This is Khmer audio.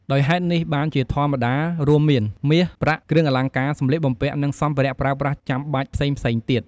ដោយហេតុនេះ បានជាធម្មតារួមមាន មាស ប្រាក់ គ្រឿងអលង្ការ សម្លៀកបំពាក់ និងសម្ភារៈប្រើប្រាស់ចាំបាច់ផ្សេងៗទៀត។